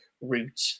route